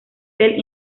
tel